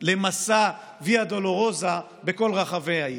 למסע ויה דולורוזה בכל רחבי העיר.